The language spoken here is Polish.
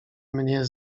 mnie